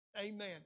Amen